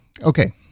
Okay